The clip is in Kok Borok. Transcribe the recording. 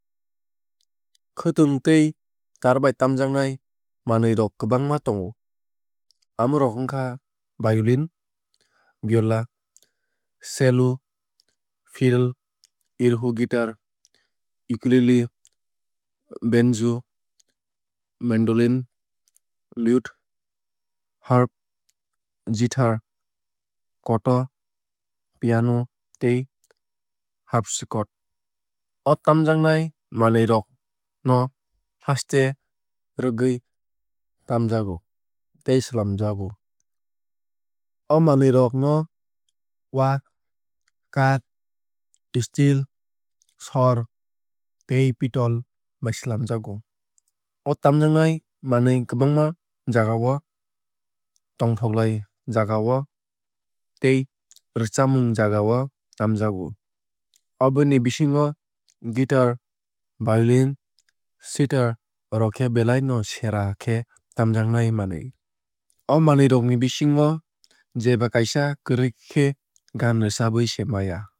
Khwtwng tei tar bai tamjaknai manwui rok kwbangma tongo. Amo rok wngkha violin viola cello fiddle erhu guitar ukulele banjo mandolin lute harp zither koto piano tei harpsichord. O tamjaknai manwui rok no haste rwgui tamjago tei swlamjago. O manwui rok no wa kath steel sor tei pitol bai swlamjago. O tamjaknai manwui kwbangma jagao tongthoklai jagao tei rwchabmung jagao tamjago. Oboni bisingo guitar violin sitar rok khe belai no sera khe tamjaknai manwui. O manwui rok ni bisingo jeba kaisa kwrwui khe gaan rwchabwui se maya.